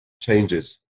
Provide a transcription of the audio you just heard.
changes